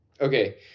Okay